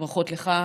וברכות לך,